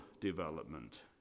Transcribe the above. development